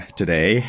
today